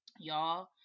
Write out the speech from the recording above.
Y'all